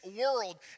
world